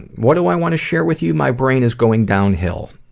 what do i want to share with you? my brain is going downhill.